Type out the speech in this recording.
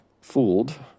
fooled